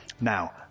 now